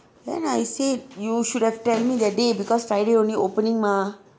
then I said you should have tell me that day because friday only opening mah